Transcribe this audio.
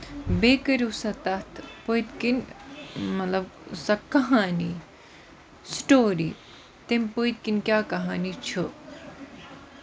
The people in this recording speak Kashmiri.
بیٚیہِ کٔرو سا تَتھ پٔتۍ کِنۍ مطلب سۄ کہانی سٔٹوری تَمہِ پٔتۍ کِنۍ کیاہ کِہانی چھُ